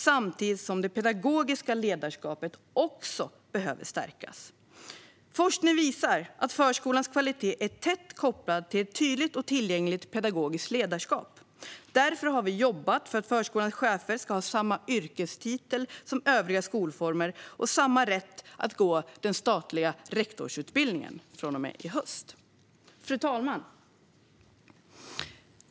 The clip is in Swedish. Samtidigt behöver också det pedagogiska ledarskapet stärkas. Forskning visar att förskolans kvalitet är tätt kopplad till ett tydligt och tillgängligt pedagogiskt ledarskap. Därför har vi jobbat för att förskolans chefer ska ha samma yrkestitel som i övriga skolformer och samma rätt att gå den statliga rektorsutbildningen från och med i höst. Fru talman!